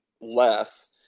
less